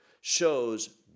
shows